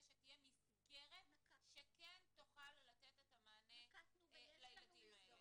שתהיה מסגרת שכן תוכל לתת את המענה לילדים האלה.